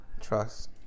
trust